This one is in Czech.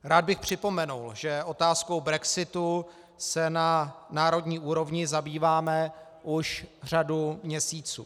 Rád bych připomenul, že otázkou brexitu se na národní úrovni zabýváme už řadu měsíců.